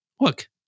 look